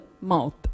mouth